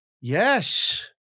Yes